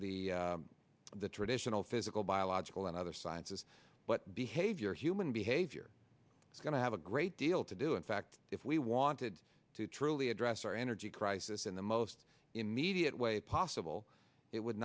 the the traditional physical biological and other sciences but behavior human behavior is going to have a great deal to do in fact if we wanted to truly address our energy crisis in the most immediate way possible it would